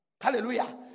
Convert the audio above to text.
Hallelujah